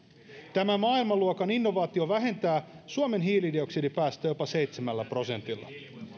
tämä maailmanluokan innovaatio vähentää suomen hiilidioksidipäästöjä jopa seitsemällä prosentilla